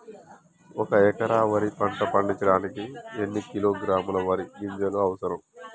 ఒక్క ఎకరా వరి పంట పండించడానికి ఎన్ని కిలోగ్రాముల వరి గింజలు అవసరం?